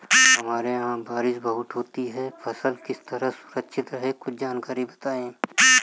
हमारे यहाँ बारिश बहुत होती है फसल किस तरह सुरक्षित रहे कुछ जानकारी बताएं?